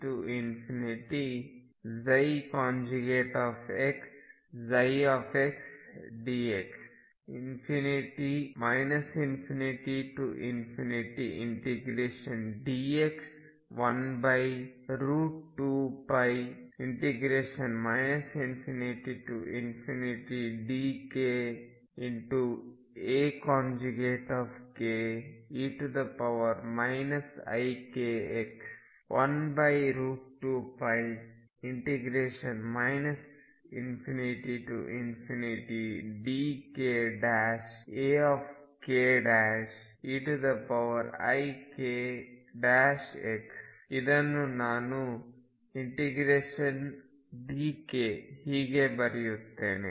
∞ xxdx ∞ dx 12π ∞ dk Ake ikx12π ∞ dk Akeikx ಇದನ್ನು ನಾನು ∫dk ಹೀಗೆ ಬರೆಯುತ್ತೇನೆ